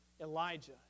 Elijah